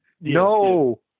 No